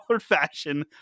fashion